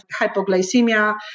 hypoglycemia